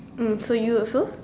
mm so you also